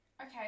Okay